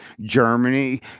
Germany